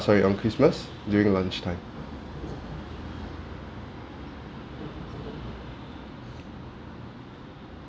sorry on christmas during lunchtime